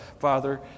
Father